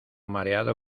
mareado